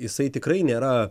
jisai tikrai nėra